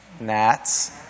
Gnats